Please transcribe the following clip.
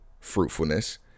fruitfulness